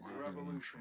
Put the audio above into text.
revolution